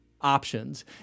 options